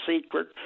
secret